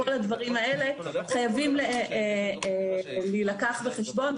כל הדברים האלה חייבים להילקח בחשבון,